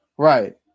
Right